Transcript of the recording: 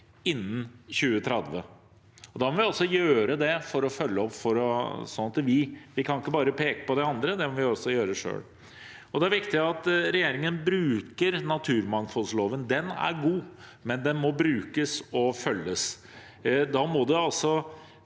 gjort det. Da må vi også gjøre det og følge opp. Vi kan ikke bare peke på de andre, vi må også gjøre det selv. Det er viktig at regjeringen bruker naturmangfoldloven. Den er god, men den må brukes og følges. Da må det tas